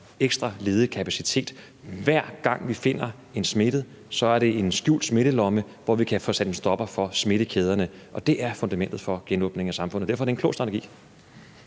ekstra ledig kapacitet. Hver gang vi finder en smittet, er det en skjult smittelomme, hvor vi kan få sat en stopper for smittekæderne, og det er fundamentet for genåbningen af samfundet. Og derfor er det en klog strategi.